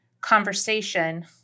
conversation